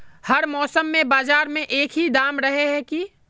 हर मौसम में बाजार में एक ही दाम रहे है की?